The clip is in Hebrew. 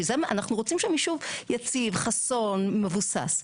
כי אנחנו רוצים יישוב יציב, חסון, מבוסס.